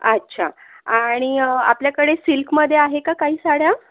अच्छा आणि आपल्याकडे सिल्कमध्ये आहे का काही साड्या